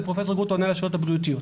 ופרופ' גרוטו עונה על השאלות הבריאותיות.